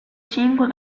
cinque